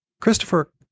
Christopher